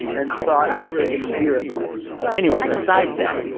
and so i didn't really get to see her as much anyway, besides that,